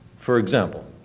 for example,